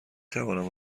توانم